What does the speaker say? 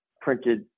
printed